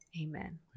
amen